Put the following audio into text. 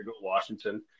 Washington